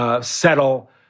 Settle